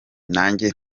nanjye